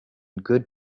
good